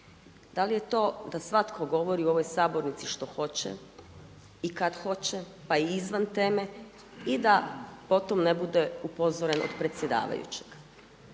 da li je to da svatko govori u ovoj Sabornici šta hoće i kad hoće pa i izvan teme i da po tome ne bude upozoren od predsjedavajućeg.